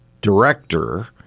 director